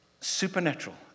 Supernatural